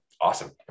awesome